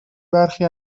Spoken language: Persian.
برخی